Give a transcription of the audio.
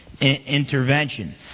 intervention